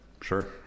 Sure